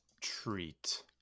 treat